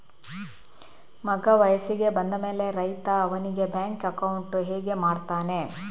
ಮಗ ವಯಸ್ಸಿಗೆ ಬಂದ ಮೇಲೆ ರೈತ ಅವನಿಗೆ ಬ್ಯಾಂಕ್ ಅಕೌಂಟ್ ಹೇಗೆ ಮಾಡ್ತಾನೆ?